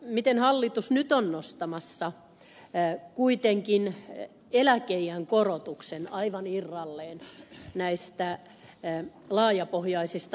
miten hallitus nyt on nostamassa kuitenkin eläkeiän korotuksen aivan irralleen näistä laajapohjaisista neuvotteluista